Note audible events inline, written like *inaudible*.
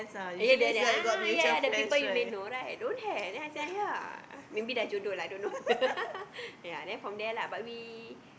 ya that that a'ah ya ya the people you may know right don't have then I say ya maybe sudah jodoh lah I don't know *laughs* ya then from there lah but we